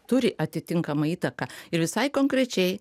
turi atitinkamą įtaką ir visai konkrečiai